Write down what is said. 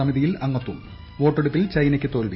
സമിതിയിൽ അംഗത്വം വോട്ടെടുപ്പിൽ ചൈനയ്ക്ക് തോൽവി